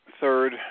third